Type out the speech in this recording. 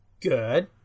Good